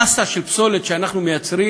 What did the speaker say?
המאסה של פסולת שאנחנו מייצרים